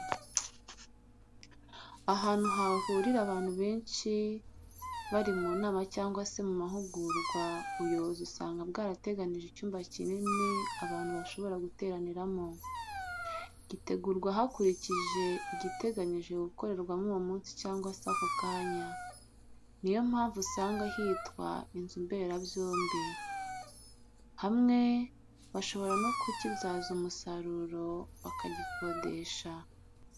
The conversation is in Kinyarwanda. Ahantu hahurira abantu benshi bari mu nama cyangwa se mu mahugurwa, ubuyobozi usanga bwarateganije icyumba kinini abantu bashobora guteraniramo. Gitegurwa hakurikijwe igiteganijwe gukorerwamo uwo munsi cyangwa se ako kanya. Ni yo mpamvu asanga hitwa inzu mbera byombi. Hamwe bashobora no kukibyaza umusaruro bagikodesha.